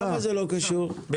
זה לא קשור לתקנה עכשיו,